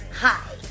Hi